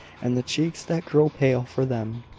and the cheeks that grow pale for them.